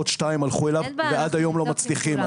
עוד שניים הלכו אליו, ועד היום לא מצליחים.